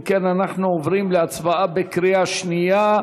אם כן, אנחנו עוברים להצבעה בקריאה שנייה.